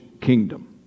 kingdom